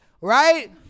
right